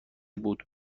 بود